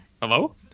Hello